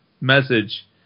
message